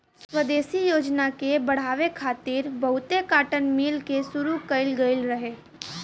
स्वदेशी योजना के बढ़ावे खातिर बहुते काटन मिल के शुरू कइल गइल रहे